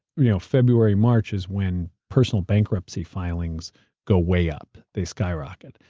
you know february, march is when personal bankruptcy filings go way up. they skyrocket.